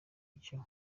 icyo